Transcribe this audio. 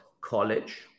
college